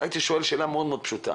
הוא אפילו לא המרכזי שנותן